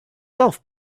self